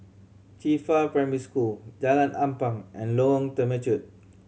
Qifa Primary School Jalan Ampang and Lorong Temechut